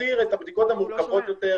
תותיר את הבדיקות המורכבות יותר,